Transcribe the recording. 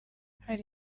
hari